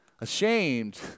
ashamed